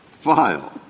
file